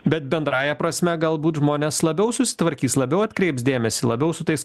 bet bendrąja prasme galbūt žmonės labiau susitvarkys labiau atkreips dėmesį labiau su tais